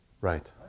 Right